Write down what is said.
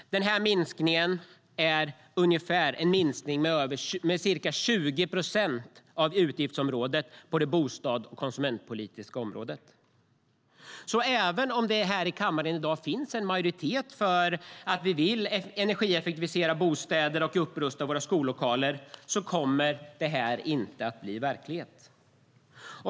Det är en minskning med ca 20 procent av utgiftsområdet för det bostads och konsumentpolitiska området. Även om det här i kammaren i dag finns en majoritet för att vi vill energieffektivisera bostäder och upprusta våra skollokaler kommer det inte att bli verklighet.